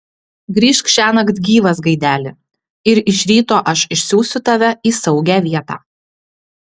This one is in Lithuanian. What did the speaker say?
grįžk šiąnakt gyvas gaideli ir iš ryto aš išsiųsiu tave į saugią vietą